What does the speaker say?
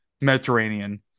Mediterranean